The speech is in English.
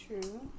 true